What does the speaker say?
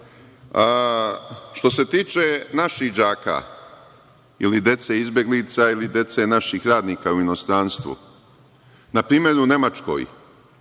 se tiče naših đaka ili dece izbeglica ili dece naših radnika u inostranstvu, npr. u Nemačkoj